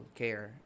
care